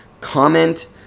comment